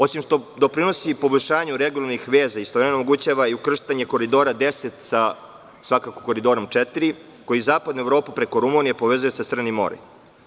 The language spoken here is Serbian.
Osim što doprinosi poboljšanju regionalnih veza, istovremeno omogućava i ukrštanje Koridora 10 sa Koridorom 4 koji zapadnu Evropu preko Rumunije povezuje sa Crnim morem.